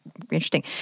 interesting